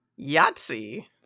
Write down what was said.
yahtzee